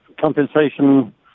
compensation